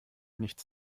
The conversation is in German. nichts